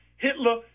Hitler